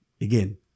again